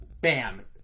bam